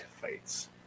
fights